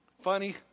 funny